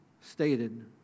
stated